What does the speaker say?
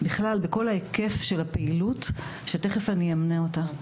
בכלל, בכל ההיקף של הפעילות, שתכף אמנה אותה.